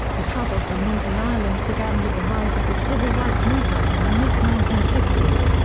the troubles in northern ireland began with the rise of the civil rights movement in the mid nineteen sixty s,